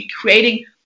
creating